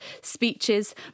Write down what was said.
speeches